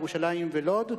ירושלים ולוד.